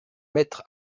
mettre